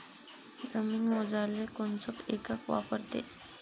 जमीन मोजाले कोनचं एकक वापरते?